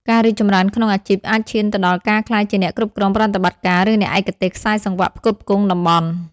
ការរីកចម្រើនក្នុងអាជីពអាចឈានទៅដល់ការក្លាយជាអ្នកគ្រប់គ្រងប្រតិបត្តិការ ឬអ្នកឯកទេសខ្សែសង្វាក់ផ្គត់ផ្គង់តំបន់។